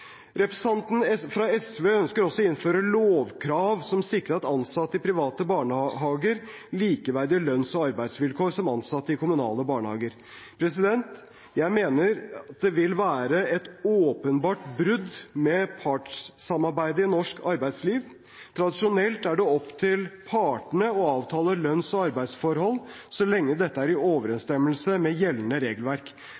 Representanten fra SV ønsker også å innføre lovkrav som sikrer ansatte i private barnehager og ansatte i kommunale barnehager likeverdige lønns- og arbeidsvilkår. Jeg mener det vil være et åpenbart brudd med partssamarbeidet i norsk arbeidsliv. Tradisjonelt er det opp til partene å avtale lønns- og arbeidsforhold, så lenge det er i